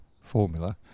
Formula